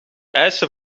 eisen